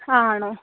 ആണോ